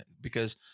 because-